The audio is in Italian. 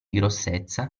grossezza